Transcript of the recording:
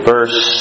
Verse